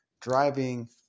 Driving